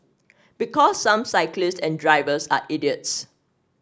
because some cyclists and drivers are idiots